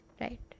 right